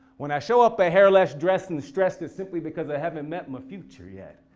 when i show up a hair less dressed and stressed, it's simply because i haven't met my future yet.